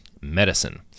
medicine